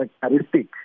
characteristic